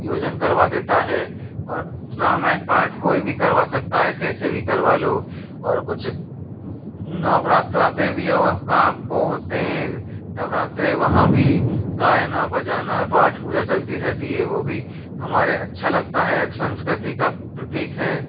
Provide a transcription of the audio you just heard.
आयोजन करवा देता है और रामायण पाठ कोई भी करवा सकता है कैसे भी करवा लो और कुछ नवरात्रा देवियों का वो होते हैं नवरात्रि वहाँ भी गाना बजाना पाठ पूजा चलती रहती है वो भी हमारे अच्छा लगता है संस्कृती का प्रतीक है